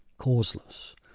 causeless.